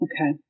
Okay